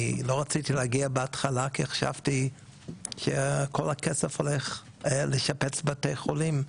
אני לא רציתי להגיע בהתחלה כי חשבתי שכל הכסף הולך לשפץ בתי חולים,